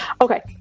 Okay